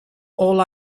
all